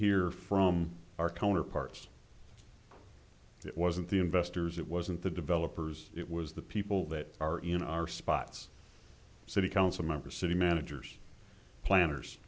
hear from our counterparts it wasn't the investors it wasn't the developers it was the people that are in our spots city council member city managers planners